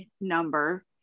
number